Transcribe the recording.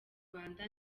rwanda